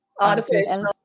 Artificial